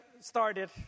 started